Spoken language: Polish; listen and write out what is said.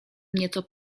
nieco